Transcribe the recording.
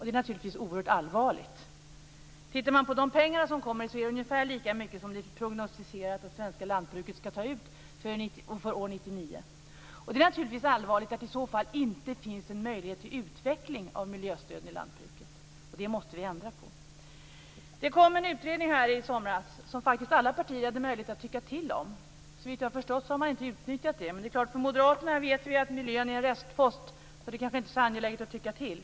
Det är oerhört allvarligt. Tittar man på de pengar som kommer är det ungefär lika mycket som det är prognostiserat att svenska lantbruket skall ta ut för år 1999. Det är allvarligt att det i så fall inte finns en möjlighet till utveckling av miljöstöden i lantbruket. Det måste vi ändra på. Det kom en utredning i somras som alla partier hade möjlighet att tycka till om. Såvitt jag förstått har man inte utnyttjat det. Vi vet ju att Moderaterna anser att miljön är en restpost, så det är kanske inte så angeläget att tycka till.